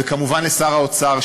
וכמובן לשר האוצר,